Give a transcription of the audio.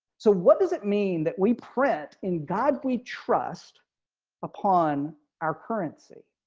so what does it mean that we print. in god we trust upon our currency.